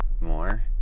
more